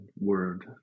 word